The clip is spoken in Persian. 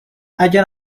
اگه